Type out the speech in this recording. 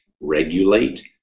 regulate